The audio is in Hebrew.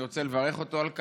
אני רוצה לברך אותו על כך.